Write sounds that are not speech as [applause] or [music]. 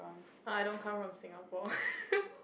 but I don't come from Singapore [laughs]